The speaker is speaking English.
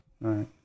Right